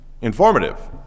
informative